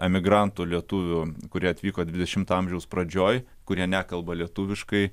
emigrantų lietuvių kurie atvyko dvidešimto amžiaus pradžioj kurie nekalba lietuviškai